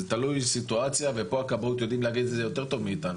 זה תלוי בסיטואציה ופה הכבאות יודעים להגיד את זה יותר טוב מאיתנו.